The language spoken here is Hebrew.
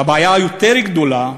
והבעיה היותר גדולה,